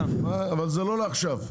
לא לעכשיו.